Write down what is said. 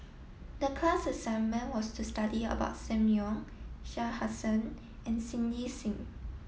the class assignment was to study about Sam Leong Shah Hussain and Cindy Sim